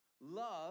love